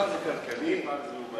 פעם זה כלכלי, פעם זה לאומני.